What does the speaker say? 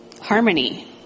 harmony